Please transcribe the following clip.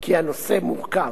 כי הנושא מורכב.